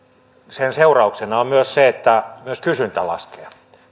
sen seurauksena on myös se että myös kysyntä laskee